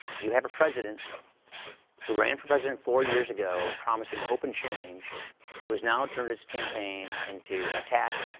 you have a president who ran for president four years ago promising hope and change who has now turned his campaign into attack,